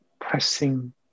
pressing